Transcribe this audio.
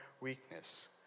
weakness